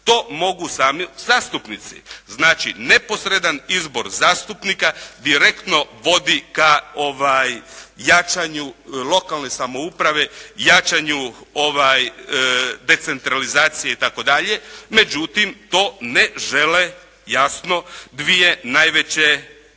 To mogu sami zastupnici. Znači, neposredan izbor zastupnika direktno vodi ka jačanju lokalne samouprave, jačanju decentralizacije itd. Međutim, to ne žele jasno dvije najveće